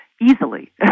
easily